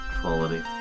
Quality